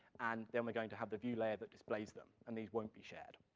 and then we're going to have the view layer that displays them, and these won't be shared.